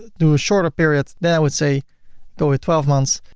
do a shorter period then i would say go with twelve months,